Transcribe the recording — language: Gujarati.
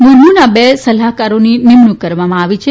મુર્મુના બે સલાહકારોની નિમણુંક કરવામાં આવી છે